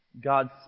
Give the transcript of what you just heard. God's